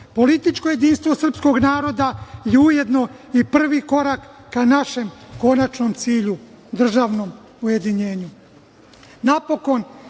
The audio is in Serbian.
Političko jedinstveno srpskog naroda je ujedno i prvi korak ka našem konačnom cilju – državnom ujedinjenju. Napokon,